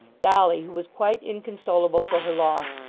dolly, who was quite inconsolable for her loss,